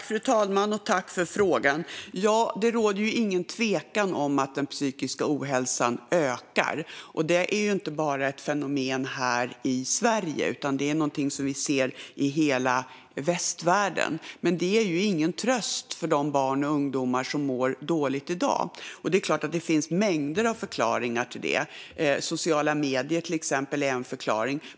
Fru talman! Tack, ledamoten, för frågan! Det råder ingen tvekan om att den psykiska ohälsan ökar. Det är inte bara ett fenomen här i Sverige utan någonting som vi ser i hela västvärlden. Men detta är ingen tröst för de barn och ungdomar som mår dåligt i dag, och det är klart att det finns mängder av förklaringar till det. Sociala medier, till exempel, är en förklaring.